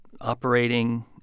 operating